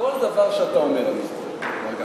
כל דבר שאתה אומר אני זוכר, מר גפני.